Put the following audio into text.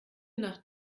nach